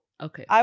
Okay